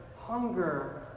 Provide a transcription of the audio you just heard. hunger